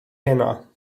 heno